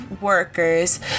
workers